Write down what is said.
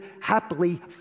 happily